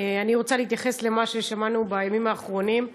אני רוצה להתייחס למה ששמענו בימים האחרונים,